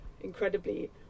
incredibly